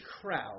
crowd